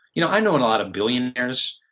you know, i know a lot of billionaires.